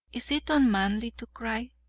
is it unmanly to cry?